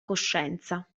coscienza